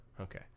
Okay